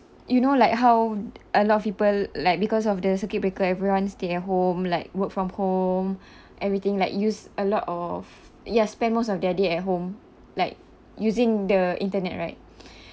you know like how a lot of people like because of the circuit breaker everyone stay at home like work from home everything like use a lot of yes spend most of their day at home like using the internet right